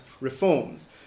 reforms